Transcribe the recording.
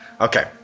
Okay